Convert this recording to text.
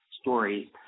stories